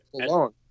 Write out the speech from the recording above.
alone